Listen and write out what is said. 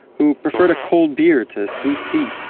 who preferred a cold beer to sweet tea.